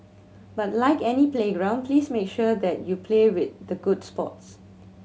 but like any playground please make sure that you play with the good sports